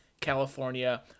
california